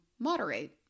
moderate